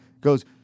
goes